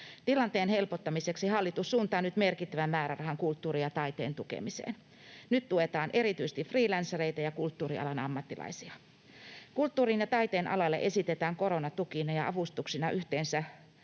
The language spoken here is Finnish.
Tilanteen helpottamiseksi hallitus suuntaa nyt merkittävän määrärahan kulttuurin ja taiteen tukemiseen. Nyt tuetaan erityisesti freelancereita ja kulttuurialan ammattilaisia. Kulttuurin ja taiteen alalle esitetään koronatukina ja ‑avustuksina yhteensä